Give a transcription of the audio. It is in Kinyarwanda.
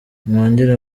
mwongere